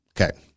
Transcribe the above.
Okay